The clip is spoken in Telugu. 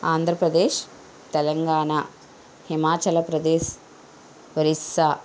ఆంధ్రప్రదేశ్ తెలంగాణ హిమాచల్ప్రదేశ్ ఒరిస్సా